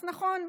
אז נכון,